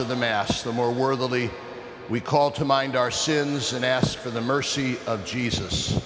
of the mass the more worthy we call to mind our sins and ask for the mercy of jesus